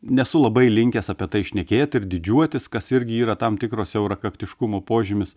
nesu labai linkęs apie tai šnekėt ir didžiuotis kas irgi yra tam tikro siaurakaktiškumo požymis